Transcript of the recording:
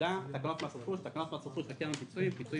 "תקנות מס רכוש" תקנות מס רכוש וקרן פיצויים (פיצויים